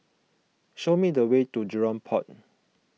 show me the way to Jurong Port